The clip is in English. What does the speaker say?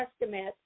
estimate